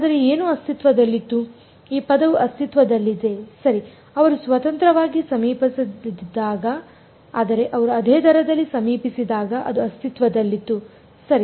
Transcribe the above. ಆದರೆ ಏನು ಅಸ್ತಿತ್ವದಲ್ಲಿತ್ತು ಈ ಪದವು ಅಸ್ತಿತ್ವದಲ್ಲಿದೆ ಸರಿ ಅವರು ಸ್ವತಂತ್ರವಾಗಿ ಸಮೀಪಿಸದಿದ್ದಾಗ ಆದರೆ ಅವರು ಅದೇ ದರದಲ್ಲಿ ಸಮೀಪಿಸಿದಾಗ ಅದು ಅಸ್ತಿತ್ವದಲ್ಲಿತ್ತು ಸರಿ